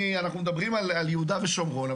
אנחנו מדברים על יהודה ושומרון,